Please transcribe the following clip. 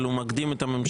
אבל הוא מקדים את הממשלה.